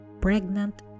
pregnant